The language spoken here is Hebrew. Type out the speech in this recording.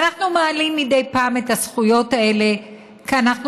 ואנחנו מעלים מדי פעם את הזכויות האלה כי אנחנו